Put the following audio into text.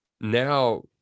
now